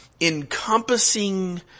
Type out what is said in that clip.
encompassing